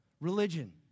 religion